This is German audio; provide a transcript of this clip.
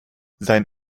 sein